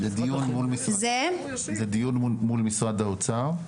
זה דיון מול משרד האוצר.